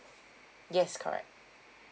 yes correct